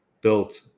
built